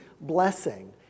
blessing